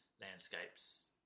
landscapes